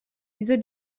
diese